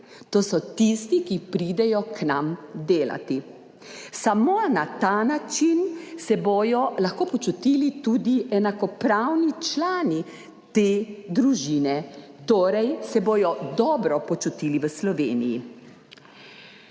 To so tisti, ki pridejo k nam delat. Samo na ta način se bodo lahko počutili tudi kot enakopravni člani te družine, torej se bodo dobro počutili v Sloveniji.